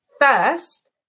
first